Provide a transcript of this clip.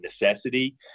necessity